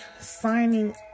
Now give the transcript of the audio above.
signing